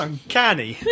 Uncanny